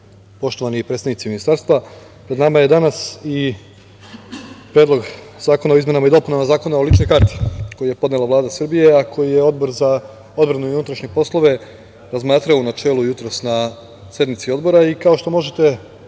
poštovani predstavnici Ministarstva, pred nama je danas i Predlog zakona o izmenama i dopunama Zakona o ličnoj karti, koji je podnela Vlada Srbije, a koji je Odbor za odbranu i unutrašnje poslove razmatralo u načelu jutros na sednici Odbora. Kao što možete